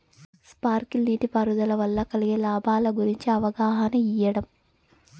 Sprinkle నీటిపారుదల వల్ల కలిగే లాభాల గురించి అవగాహన ఇయ్యడం?